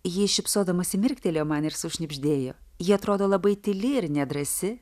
ji šypsodamasi mirktelėjo man ir sušnibždėjo ji atrodo labai tyli ir nedrąsi